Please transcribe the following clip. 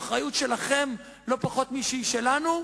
זאת האחריות שלכם לא פחות משהיא שלנו,